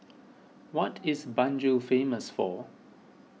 what is Banjul famous for